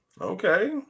okay